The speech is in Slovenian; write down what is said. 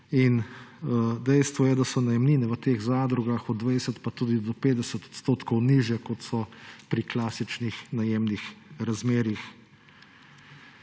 Dejstvo je, da so najemnine v teh zadrugah od 20 pa tudi do 50 % nižje, kot so pri klasičnih najemnih razmerjih.